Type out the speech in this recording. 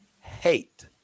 hate